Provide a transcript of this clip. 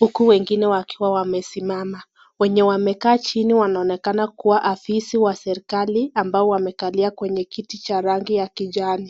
uku wengine wakiwa wamesimana. Wengine wameka chini wanonekana kuwa afisa wa serekali ambao wamekalia kwenye kiti cha rangi ya kijani.